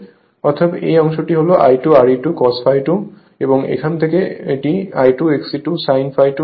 অতএব এই অংশটি হল I2 Re2 cos ∅2 এবং এখান থেকে এখানে এটি I2 XE2 Sin ∅2 হয়